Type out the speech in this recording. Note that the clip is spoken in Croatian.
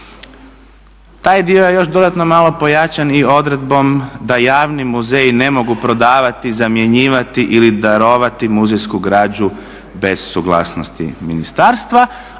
Taj dio još je dodatno malo pojačan i odredbom da javni muzeji ne mogu prodavati, zamjenjivati ili darovati muzejsku građu bez suglasnosti ministarstva,